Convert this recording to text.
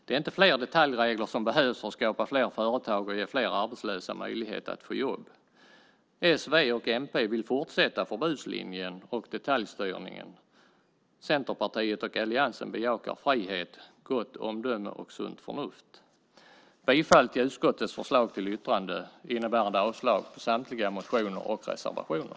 Det är inte fler detaljregler som behövs för att skapa fler företag och ge fler arbetslösa möjlighet att få jobb. S, v och mp vill fortsätta förbudslinjen och detaljstyrningen. Centerpartiet och alliansen bejakar frihet, gott omdöme och sunt förnuft. Jag yrkar bifall till utskottets förslag i betänkandet och avslag på samtliga motioner och reservationer.